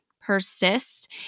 persist